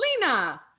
lena